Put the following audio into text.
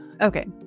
Okay